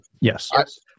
yes